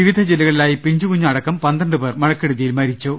വിവിധ ജില്ലകളിലായി പിഞ്ചുകുഞ്ഞ് അടക്കം പന്ത്രണ്ടുപേർ മഴക്കെടുതിയിൽ മരിച്ചു